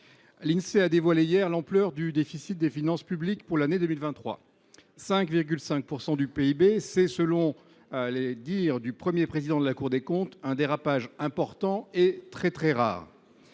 L’Insee a dévoilé hier l’ampleur du déficit des finances publiques pour l’année 2023 : 5,5 % du PIB – c’est, selon les dires du Premier président de la Cour des comptes, un dérapage important et vraiment très rare.